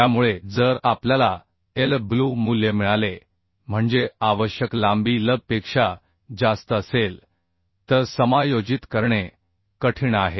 त्यामुळे जर आपल्याला Lw मूल्य मिळाले म्हणजे आवश्यक लांबी L पेक्षा जास्त असेल तर समायोजित करणे कठीण आहे